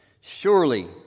Surely